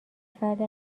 فرد